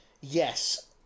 Yes